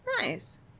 Nice